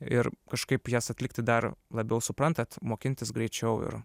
ir kažkaip jas atlikti dar labiau suprantat mokintis greičiau ir